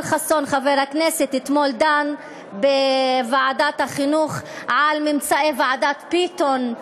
חבר הכנסת יואל חסון דן אתמול בוועדת החינוך על ממצאי ועדת ביטון,